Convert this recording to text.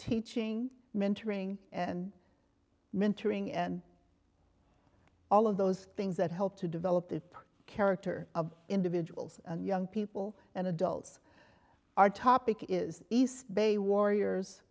teaching mentoring and mentoring and all of those things that helped to develop the character of individuals and young people and adults our topic is east bay warriors